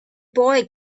boy